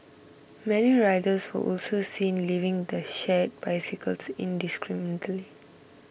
many riders were also seen leaving the shared bicycles indiscriminately